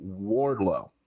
Wardlow